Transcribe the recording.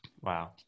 wow